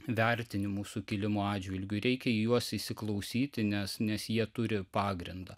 vertinimų sukilimo atžvilgiu reikia į juos įsiklausyti nes nes jie turi pagrindą